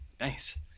nice